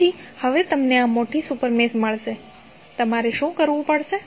તેથી હવે તમને આ મોટી સુપર મેશ મળશે તમારે શું કરવુ પડશે